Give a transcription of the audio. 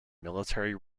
military